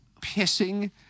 pissing